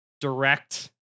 direct